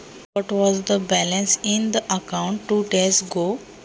दोन दिवसांपूर्वी खात्यामध्ये किती बॅलन्स होता?